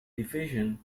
division